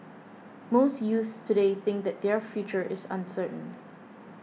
most youths today think that their future is uncertain